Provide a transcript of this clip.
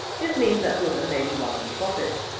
this means that buddha may be one of the prophets.